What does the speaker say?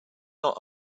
not